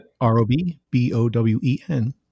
r-o-b-b-o-w-e-n